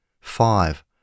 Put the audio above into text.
five